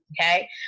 okay